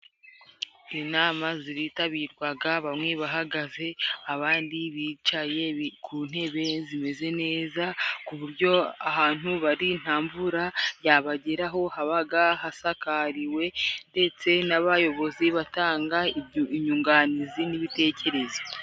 Inama ziritabirwaga bamwe bahagaze abandi bicaye ku ntebe zimeze neza, ku buryo ahantu bari nta mvura yabageraho habaga hasakariwe, ndetse n'abayobozi batanga inyunganizi n'ibitekerezo.